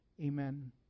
Amen